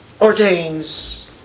ordains